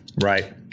Right